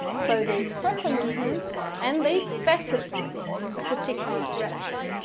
so they express a movement. and they specify a particular direction.